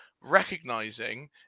recognizing